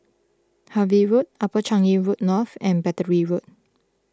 Harvey Road Upper Changi Road North and Battery Road